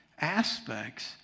aspects